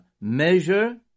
Measure